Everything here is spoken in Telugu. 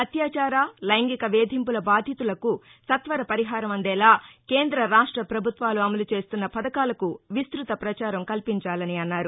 అత్యాచార లైంగిక వేధింపుల బాధితులకు సత్వర పరిహారం అందేలా కేంద్ర రాష్ట ప్రభుత్వాలు అమలు చేస్తున్న పథకాలకు విస్తృత ప్రచారం కల్పించాలని అన్నారు